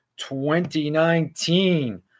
2019